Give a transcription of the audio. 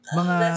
mga